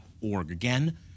again